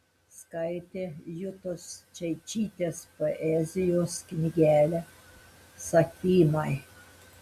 skaitė jutos čeičytės poezijos knygelę sakymai